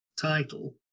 title